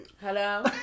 Hello